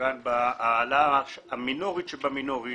העלאה מינורית שבמינורית,